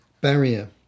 barrier